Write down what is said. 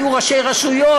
היו ראשי רשויות,